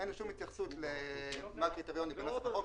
אין שום התייחסות לקריטריונים בנוסח החוק,